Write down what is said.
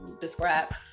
describe